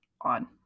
on